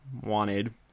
wanted